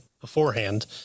beforehand